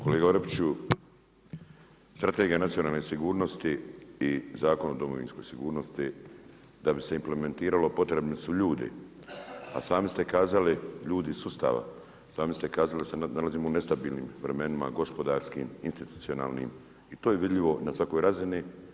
Kolega Orepiću, Strategija nacionalne sigurnosti i Zakon o domovinskoj sigurnosti da bi se implementiralo potrebni su ljudi, a sami ste kazali ljudi iz sustava, sami ste kazali da se nalazimo u nestabilnim vremenima gospodarskim, institucionalnim i to je vidljivo na svakoj razini.